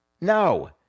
No